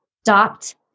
stopped